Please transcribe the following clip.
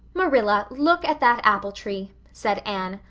marilla, look at that apple tree, said anne.